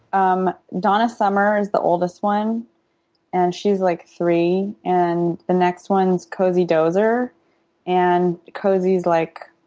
um donna summer is the oldest one and she's like three. and the next one's cozy dozer and cozy's like,